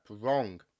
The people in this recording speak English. wrong